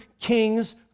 king's